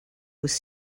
was